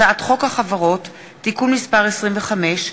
הצעת חוק החברות (תיקון מס' 25)